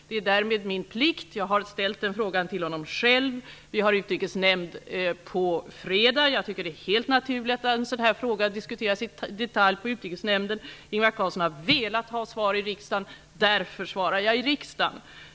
Det är därmed min plikt. Jag har ställt den frågan till honom själv. Vi har sammanträde i Utrikesnämnden på fredag, och det är helt naturligt att en sådan här fråga diskuteras i detalj där. Ingvar Carlsson har velat få svar i riksdagen, och därför svarar jag här.